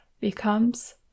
becomes